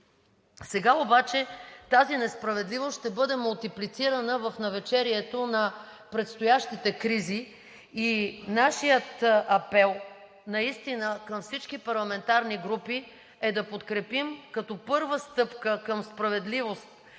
Сега обаче тази несправедливост ще бъде мултиплицирана в навечерието на предстоящите кризи и нашият апел наистина към всички парламентарни групи е да подкрепим като първа стъпка към справедливост